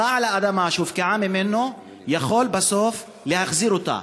בעל האדמה שהופקעה יכול בסוף להחזיר אותה.